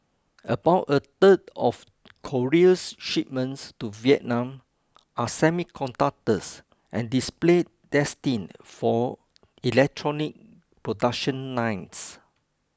about a third of Korea's shipments to Vietnam are semiconductors and displays destined for electronic production lines